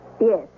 Yes